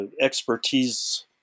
expertise